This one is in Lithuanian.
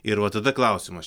ir va tada klausimas